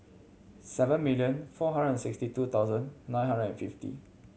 seven million four hundred and sixty two thousand nine hundred and fifty